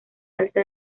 alta